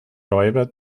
räuber